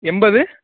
எண்பது